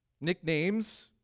Nicknames